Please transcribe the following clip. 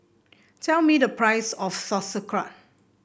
tell me the price of Sauerkraut